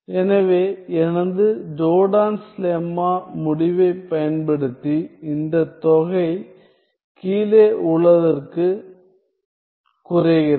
எனவே எனது Jordan's lemma முடிவைப் பயன்படுத்தி இந்த தொகை கீழே உள்ளதற்கு குறைகிறது